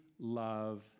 love